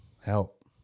help